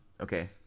Okay